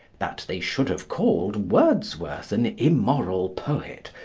that they should have called wordsworth an immoral poet,